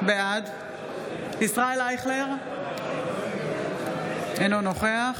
בעד ישראל אייכלר, אינו נוכח